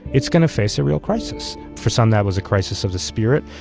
it's gonna face a real crisis. for some, that was a crisis of the spirit.